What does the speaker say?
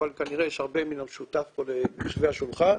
אבל כנראה יש הרבה מן המשותף פה ליושבי השולחן